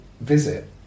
visit